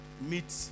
meet